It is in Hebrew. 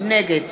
נגד